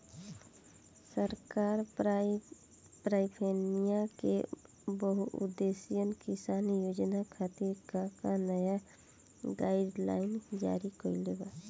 सरकार पॉवरइन्फ्रा के बहुउद्देश्यीय किसान योजना खातिर का का नया गाइडलाइन जारी कइले बा?